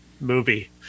movie